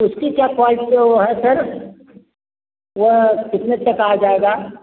उसकी क्या क्वालिटी वह है सर वह कितने तक आ जाएगा